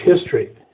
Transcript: history